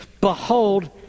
Behold